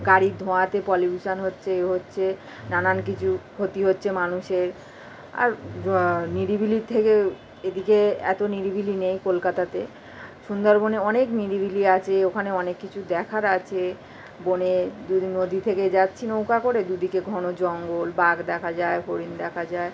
গাড়ির ধোঁয়াতে পলিউশান হচ্ছে এ হচ্ছে নানান কিছু ক্ষতি হচ্ছে মানুষের আর নিরিবিলির থেকে এদিকে এত নিরিবিলি নেই কলকাতাতে সুন্দরবনে অনেক নিরিবিলি আছে ওখানে অনেক কিছু দেখার আছে বনে যদি নদী থেকে যাচ্ছি নৌকা করে দুদিকে ঘন জঙ্গল বাগ দেখা যায় হরিণ দেখা যায়